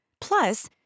Plus